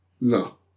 No